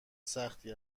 سختی